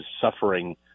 suffering